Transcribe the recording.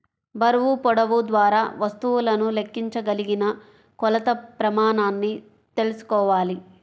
బరువు, పొడవు ద్వారా వస్తువులను లెక్కించగలిగిన కొలత ప్రమాణాన్ని తెల్సుకోవాలి